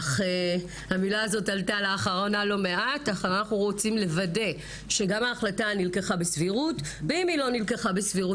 אך אנחנו רוצים לוודא שההחלטה נלקחה בסבירות ואם היא לא נלקחה בסבירות,